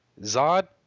Zod